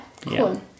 cool